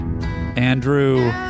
Andrew